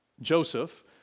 Joseph